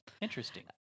Interesting